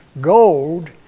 Gold